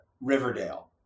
Riverdale